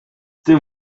tym